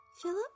Philip